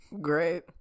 Great